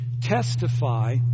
testify